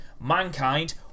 Mankind